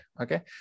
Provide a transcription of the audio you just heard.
Okay